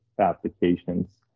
applications